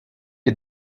est